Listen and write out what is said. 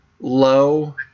low